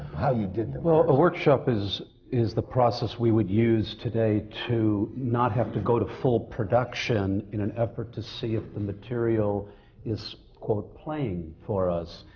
how you did them. well, a workshop is is the process we would use today to not have to go to full production in an effort to see if the material is, quote, playing for us.